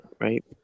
right